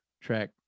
track